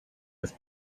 with